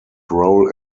role